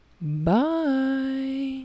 Bye